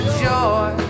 joy